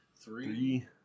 Three